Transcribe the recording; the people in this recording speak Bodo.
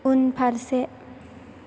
उनफारसे